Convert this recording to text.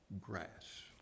grass